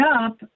up